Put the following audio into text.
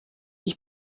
ich